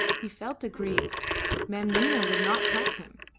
he felt aggrieved mem nina would not help him.